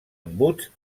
embuts